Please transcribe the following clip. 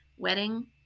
wedding